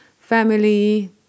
Family